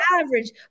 average